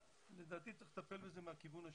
וגם להוציא הנחיות שהאנשים ידעו מה קורה.